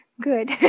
good